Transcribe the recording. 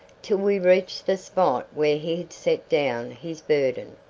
till we reached the spot where he had set down his burden,